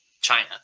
China